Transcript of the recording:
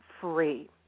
free